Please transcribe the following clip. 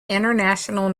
international